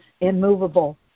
immovable